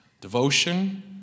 devotion